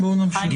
בואו נמשיך.